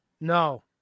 No